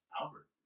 Albert